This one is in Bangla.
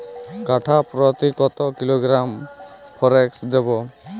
কাঠাপ্রতি কত কিলোগ্রাম ফরেক্স দেবো?